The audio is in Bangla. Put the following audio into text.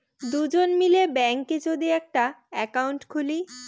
দুজন মিলে ব্যাঙ্কে যদি একটা একাউন্ট খুলে